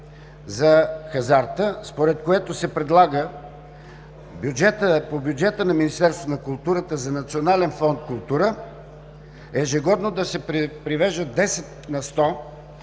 за хазарта, според което се предлага по бюджета на Министерството на културата за Национален фонд „Култура“ ежегодно да се привеждат 10 на сто